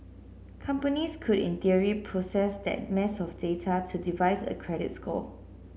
companies could in theory process that mass of data to devise a credit score